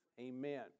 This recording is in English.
Amen